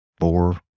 four